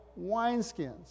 wineskins